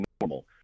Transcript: normal